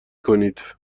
کنید